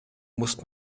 musst